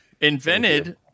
Invented